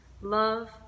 love